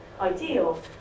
ideal